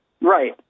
right